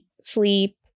sleep